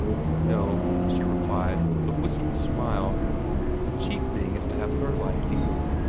no, she replied, with a wistful smile the chief thing is to have her like you.